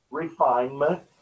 refinement